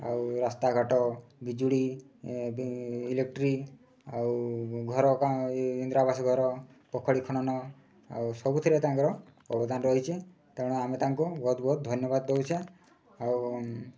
ଆଉ ରାସ୍ତାଘାଟ ବିଜୁଳି ଇଲେକ୍ଟ୍ରି ଆଉ ଘର ଇନ୍ଦିରା ଆବାସ ଘର ପୋଖରୀ ଖାନନ ଆଉ ସବୁଥିରେ ତାଙ୍କର ଅବଦାନ ରହିଛି ତେଣୁ ଆମେ ତାଙ୍କୁ ବହୁତ ବହୁତ ଧନ୍ୟବାଦ ଦଉଛେ ଆଉ